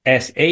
SA